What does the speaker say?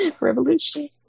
Revolution